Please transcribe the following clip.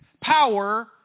power